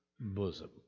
bosom